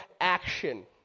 action